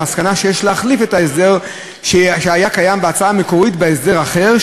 למסקנה שיש להחליף את ההסדר שהיה קיים בהצעה המקורית בהסדר אחר,